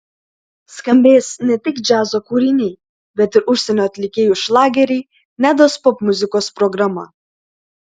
skambės ne tik džiazo kūriniai bet ir užsienio atlikėjų šlageriai nedos popmuzikos programa